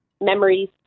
memories